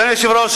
אדוני היושב-ראש,